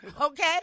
okay